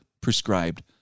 prescribed